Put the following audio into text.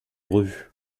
revues